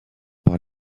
par